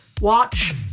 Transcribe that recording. Watch